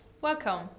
Welcome